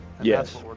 Yes